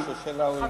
חבר הכנסת צרצור,